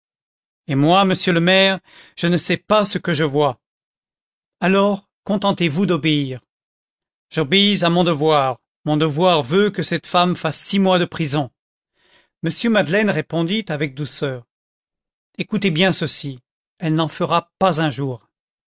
et moi monsieur le maire je ne sais pas ce que je vois alors contentez-vous d'obéir j'obéis à mon devoir mon devoir veut que cette femme fasse six mois de prison m madeleine répondit avec douceur écoutez bien ceci elle n'en fera pas un jour